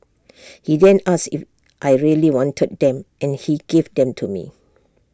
he then asked if I really wanted them and he gave them to me